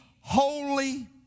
Holy